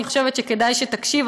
אני חושבת שכדאי שתקשיב,